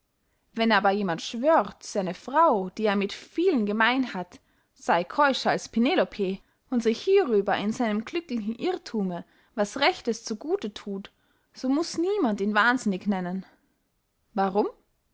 wenn aber jemand schwört seine frau die er mit vielen gemein hat sey keuscher als penelope und sich hierüber in seinem glücklichen irrthume was rechtes zu gute thut so muß niemand ihn wahnsinnig nennen warum